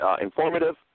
informative